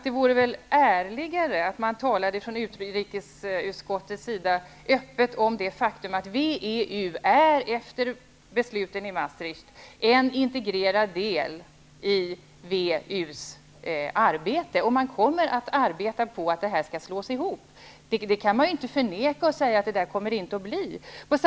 Det vore ärligare om man från utrikesutskottets sida talade öppet om det faktum att WEU efter beslutet i Maastricht är en integrerad del i Unionens arbete. Man kommer att arbeta på att de skall slås ihop. Det går inte att förneka det och säga att det inte kommer att bli så.